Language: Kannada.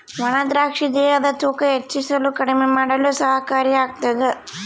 ಒಣ ದ್ರಾಕ್ಷಿ ದೇಹದ ತೂಕ ಹೆಚ್ಚಿಸಲು ಕಡಿಮೆ ಮಾಡಲು ಸಹಕಾರಿ ಆಗ್ತಾದ